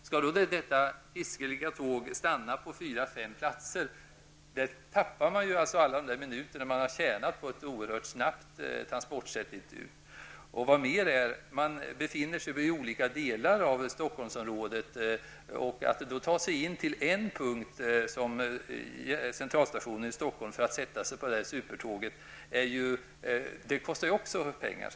Skall detta enorma tåg stanna på fyra eller fem platser? Då förlorar man alla de minuter som man har tjänat på ett oerhört snabbt transportsätt. Resenärerna befinner sig dessutom i olika delar av Stockholmsområdet. Att ta sig in till en punkt, Centralstationen i Stockholm, för att sätta sig på supertåget kostar också pengar.